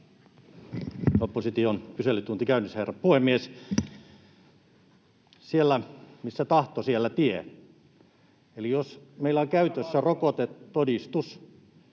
Opposition kyselytunti käynnissä, herra puhemies! Siellä, missä tahto, siellä tie. Eli jos meillä on käytössä rokotetodistus